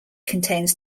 contains